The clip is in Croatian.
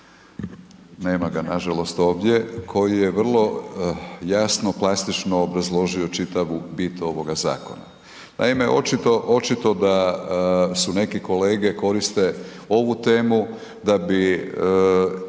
nema ga nažalost ovdje koji je vrlo jasno, plastično obrazložio čitavu bit ovog zakona. Naime očito da neki kolege koriste ovu temu da bi